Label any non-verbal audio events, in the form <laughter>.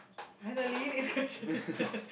finally next question <laughs>